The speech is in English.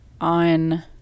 on